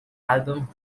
album